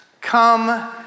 come